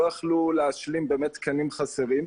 לא יכלו להשלים באמת תקנים חסרים.